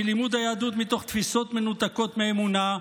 מלימוד היהדות מתוך תפיסות מנותקות מהאמונה,